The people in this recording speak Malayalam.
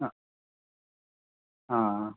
ആ ആ